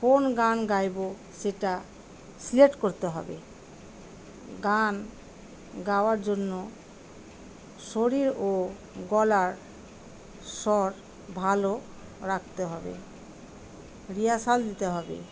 কোন গান গাইব সেটা সিলেক্ট করতে হবে গান গাওয়ার জন্য শরীর ও গলার স্বর ভালো রাখতে হবে রিহার্সাল দিতে হবে